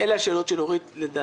אלה השאלות של אורית, לדעתי.